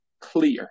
clear